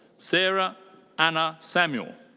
serah anna samuel.